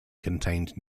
contained